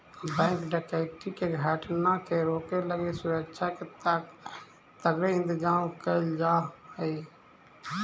bank डकैती के घटना के रोके लगी सुरक्षा के तगड़े इंतजाम कैल जा हइ